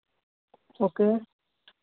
okay